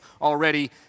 already